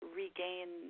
regain